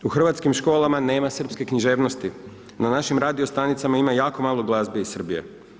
U hrvatskim školama nema srpske književnosti, na našim radio stanicama ima jako malo glazbe iz Srbije.